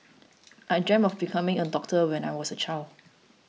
I dreamt of becoming a doctor when I was a child